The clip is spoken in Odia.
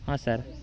ହଁ ସାର୍